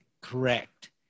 correct